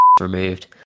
removed